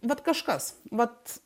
vat kažkas vat